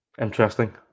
Interesting